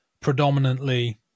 predominantly